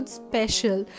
special